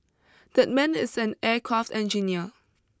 that man is an aircraft engineer